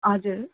हजुर